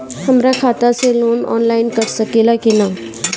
हमरा खाता से लोन ऑनलाइन कट सकले कि न?